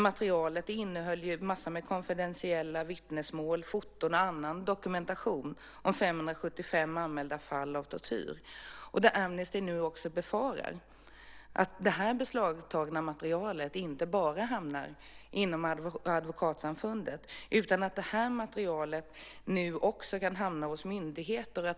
Materialet innehöll en massa konfidentiella vittnesmål, foton och annan dokumentation om 575 anmälda fall av tortyr. Amnesty befarar att det beslagtagna materialet inte bara hamnar inom advokatsamfundet, utan det kan också hamna hos myndigheter.